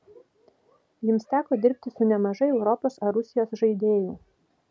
jums teko dirbti su nemažai europos ar rusijos žaidėjų